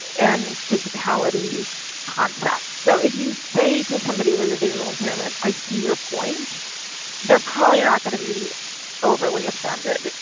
and physicality concepts so if you say to somebody with a visual impairment. i see your point they're probably not going to be overly offended.